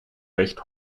recht